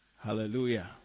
Hallelujah